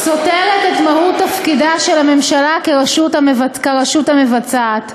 סותרת את מהות תפקידה של הממשלה כרשות המבצעת.